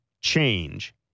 change